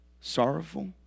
sorrowful